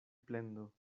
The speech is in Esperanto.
plendo